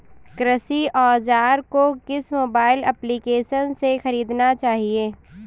कृषि औज़ार को किस मोबाइल एप्पलीकेशन से ख़रीदना चाहिए?